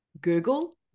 Google